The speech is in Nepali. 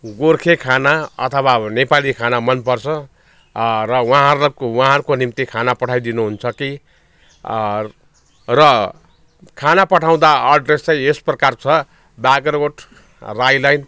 गोर्खे खाना अथवा अब नेपाली खाना मनपर्छ र उहाँहरूको उहाँहरूको निम्ति खाना पठाइदिनु हुन्छ कि र खाना पठाउँदा एड्रेस चाहिँ यस प्रकार छ बाग्राकोट राई लाइन